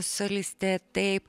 solistė taip